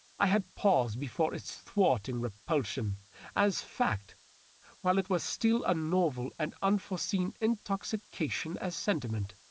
i had paused before its thwarting repulsion as fact while it was still a novel and unforeseen intoxication as sentiment.